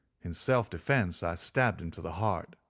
in self-defence i stabbed him to the heart.